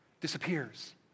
disappears